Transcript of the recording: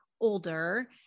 older